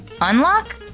Unlock